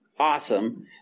awesome